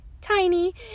tiny